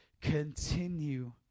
Continue